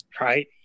right